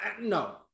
no